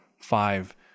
five